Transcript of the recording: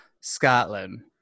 Scotland